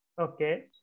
Okay